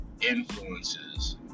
influences